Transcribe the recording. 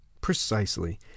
Precisely